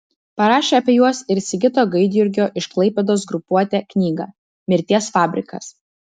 parašė apie juos ir sigito gaidjurgio iš klaipėdos grupuotę knygą mirties fabrikas